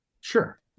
Sure